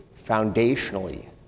foundationally